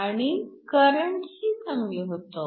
आणि करंटही कमी होतो